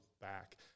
back